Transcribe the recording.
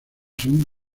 son